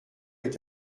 est